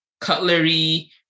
cutlery